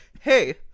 hey